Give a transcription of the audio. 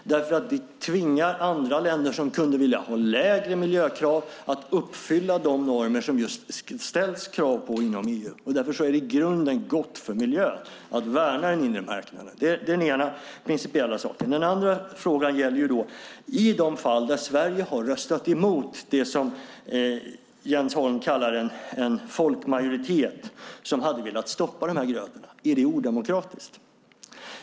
Vi tvingar nämligen andra länder som skulle kunna vilja ha lägre miljökrav att uppfylla de normer som det ställs krav på inom EU, och därför är det i grunden gott för miljön att värna en inre marknad. Den andra frågan gäller om de fall där Sverige har röstat emot det som Jens Holm kallar en folkmajoritet som hade velat stoppa de här grödorna är odemokratiska.